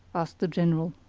asked the general.